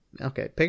Okay